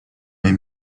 mes